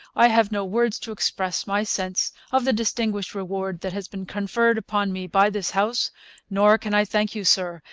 i have no words to express my sense of the distinguished reward that has been conferred upon me by this house nor can i thank you, sir,